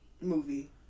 movie